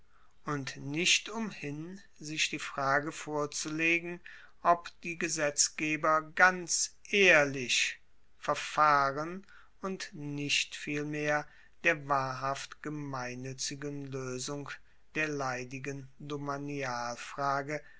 und nicht umhin sich die frage vorzulegen ob die gesetzgeber ganz ehrlich verfahren und nicht vielmehr der wahrhaft gemeinnuetzigen loesung der leidigen